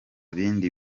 bindi